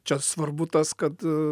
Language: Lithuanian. čia svarbu tas kad